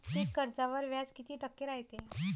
पीक कर्जावर व्याज किती टक्के रायते?